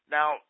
Now